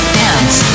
dance